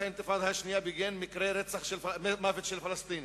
האינתיפאדה השנייה בגין מקרי מוות של פלסטינים?